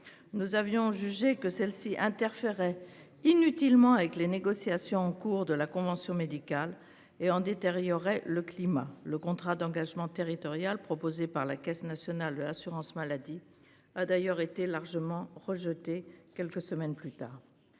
Nous avions jugé que celle-ci interféraient inutilement, avec les négociations en cours de la convention médicale et-on détérioré le climat le contrat d'engagement territorial proposées par la Caisse nationale d'assurance maladie a d'ailleurs été largement rejetée. Quelques semaines plus tard.